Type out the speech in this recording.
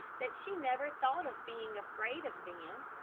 that she never thought of being afraid of them.